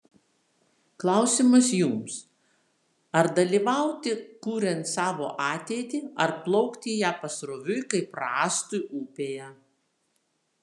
klausimas jums ar dalyvauti kuriant savo ateitį ar plaukti į ją pasroviui kaip rąstui upėje